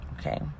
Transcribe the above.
okay